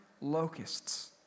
locusts